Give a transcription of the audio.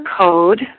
code